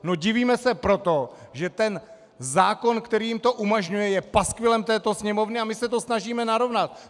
No, divíme se proto, že ten zákon, který jim to umožňuje, je paskvilem této Sněmovny, a my se to snažíme narovnat.